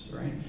right